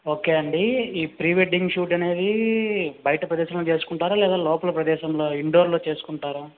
okay అండి ఈ pre wedding shoot అనేది బయట ప్రదేశంలో చేసుకుంటారా లేదా లోపల ప్రదేశంలో ఇండోర్లో చేసుకుంటారా